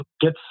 get